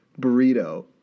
burrito